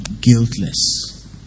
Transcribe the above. guiltless